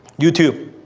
youtube.